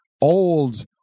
old